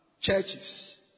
Churches